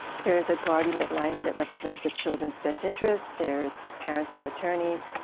there is a guardian ad litem that represents the children's best interests. there's parents have attorneys.